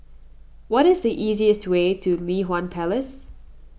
what is the easiest way to Li Hwan Place